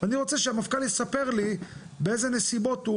אני רוצה שהמפכ"ל יספר לי באיזה נסיבות הוא